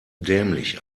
dämlich